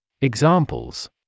Examples